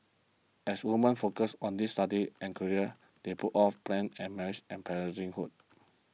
as woman focused on these studies and careers they put off plans and marriage and parenting good